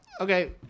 okay